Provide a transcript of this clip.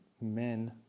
men